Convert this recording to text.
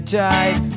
type